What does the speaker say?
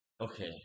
Okay